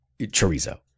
chorizo